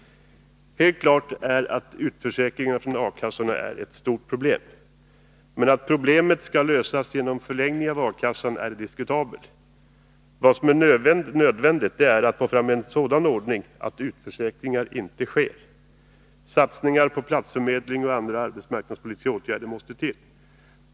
Helt klart är att utförsäkringarna från A-kassorna är ett stort problem. Men att problemet skall lösas genom förlängning av A-kassan är diskutabelt. Vad som är nödvändigt är att få fram en sådan ordning att utförsäkringar inte sker. Satsningar på platsförmedling och andra arbetsmarknadspolitiska åtgärder måste till.